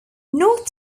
north